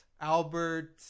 Albert